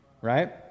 Right